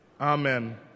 Amen